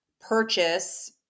purchase